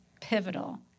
pivotal